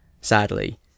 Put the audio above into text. sadly